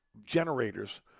generators